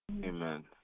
Amen